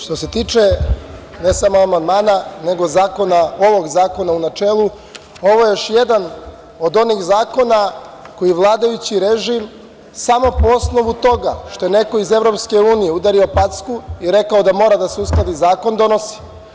Što se tiče ne samo amandmana, nego ovog zakona u načelu, ovo je još jedan od onih zakona koji vladajući režim samo po osnovu toga što je neko iz EU udario packu i rekao da mora da se uskladi zakon, donosi.